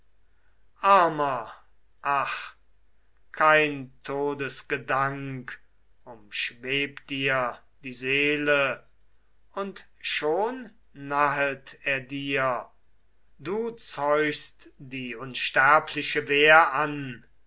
ach kein todesgedank umschwebt dir die seele und schon nahet er dir du zeuchst die unsterbliche wehr an